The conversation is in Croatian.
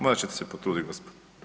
Morat ćete se potruditi gospodo.